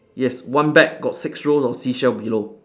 yes one bag got six rows of seashell below